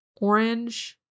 Orange